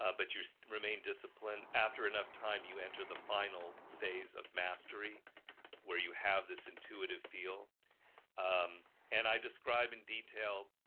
ah but you so remained disciplined after enough time you enter the final phase of mastery where you have this intuitive feel um and i describe in detail